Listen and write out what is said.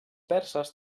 perses